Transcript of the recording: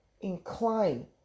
incline